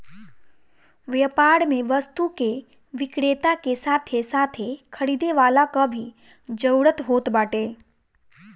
व्यापार में वस्तु के विक्रेता के साथे साथे खरीदे वाला कअ भी जरुरत होत बाटे